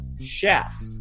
chef